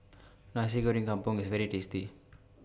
Nasi Goreng Kampung IS very tasty